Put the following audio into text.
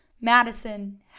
madison